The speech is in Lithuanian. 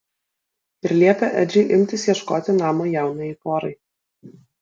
ir liepė edžiui imtis ieškoti namo jaunajai porai